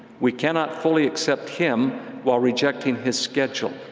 we cannot fully accept him while rejecting his schedule.